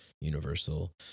universal